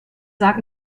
sag